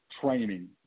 training